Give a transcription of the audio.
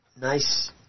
nice